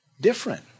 different